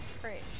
great